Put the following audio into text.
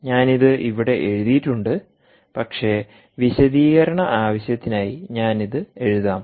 ഞാനിത് ഇവിടെ എഴുതിയിട്ടുണ്ട് പക്ഷേ വിശദീകരണ ആവശ്യത്തിനായി ഞാൻ ഇത് എഴുതാം